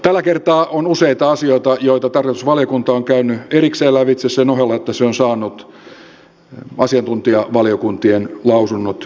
tällä kertaa on useita asioita joita tarkastusvaliokunta on käynyt erikseen lävitse sen ohella että se on saanut asiantuntijavaliokuntien lausunnot käyttöönsä